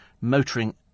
motoring